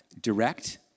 direct